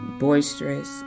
boisterous